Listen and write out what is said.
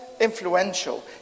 influential